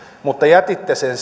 mutta jätitte sen